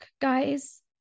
guys